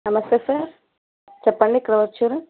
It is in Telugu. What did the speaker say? నమస్తే సార్ చెప్పండి ఎట్లా వచ్చారు